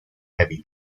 heavy